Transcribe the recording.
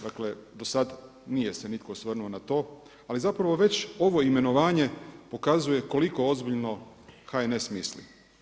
Dakle do sad nije se nitko osvrnuo na to ali zapravo već ovo imenovanje pokazuje koliko ozbiljno HNS misli.